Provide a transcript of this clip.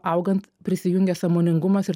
augant prisijungia sąmoningumas ir